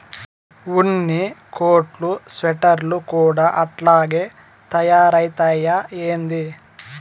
ఉన్ని కోట్లు స్వెటర్లు కూడా అట్టాగే తయారైతయ్యా ఏంది